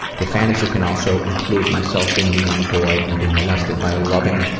the fantasy can also include myself being the young boy, and being molested by a loving,